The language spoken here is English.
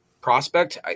prospect